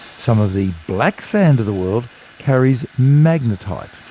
some of the black sand of the world carries magnetite,